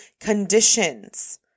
conditions